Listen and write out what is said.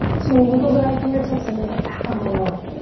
two, wiggle the right fingertips and bring it back on the one.